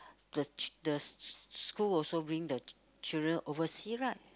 the ch~ the s~ school also bring the children overseas right